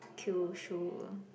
Kyushu